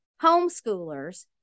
homeschoolers